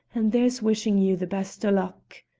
and here's wishing you the best o' luck!